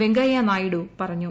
വെങ്കയ്യ നായിഡു പറഞ്ഞു